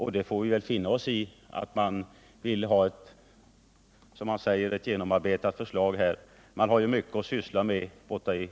Vi får väl då finna oss i att man vill ha ett som man säger genomarbetat förslag.